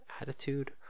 attitude